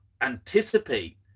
anticipate